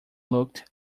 looked